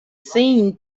seen